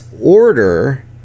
order